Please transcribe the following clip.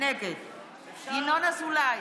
נגד ינון אזולאי,